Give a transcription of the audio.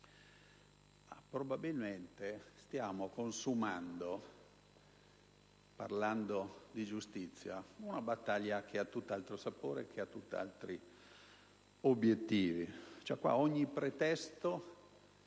probabilmente stiamo consumando, parlando di giustizia, una battaglia che ha tutt'altro sapore e tutt'altri obiettivi.